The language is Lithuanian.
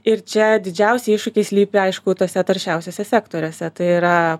ir čia didžiausi iššūkiai slypi aišku tuose taršiausiuose sektoriuose tai yra